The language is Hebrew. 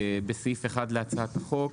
בסעיף 1 להצעת החוק,